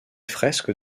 fresques